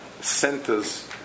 centers